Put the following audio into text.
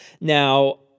Now